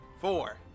Four